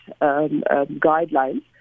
guidelines